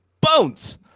bones